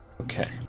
Okay